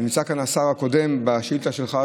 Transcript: נמצא כאן השר הקודם בשאילתה שלך,